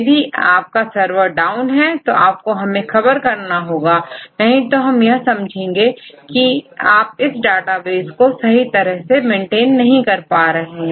यदि आपका server down है तो आपको हमें खबर करना होगा नहीं तो हम यह समझेंगे कि आप इस डेटाबेस को सही तरह से मेंटेन नहीं कर पा रहे हैं